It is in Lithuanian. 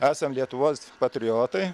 esam lietuvos patriotai